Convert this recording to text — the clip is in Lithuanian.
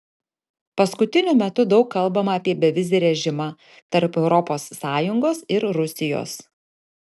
paskutiniu metu daug kalbama apie bevizį režimą tarp europos sąjungos ir rusijos